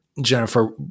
Jennifer